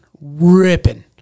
ripping